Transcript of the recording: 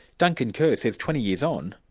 duncan kerr says twenty years on,